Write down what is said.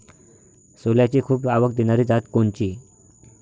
सोल्याची खूप आवक देनारी जात कोनची?